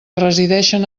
resideixen